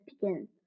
begin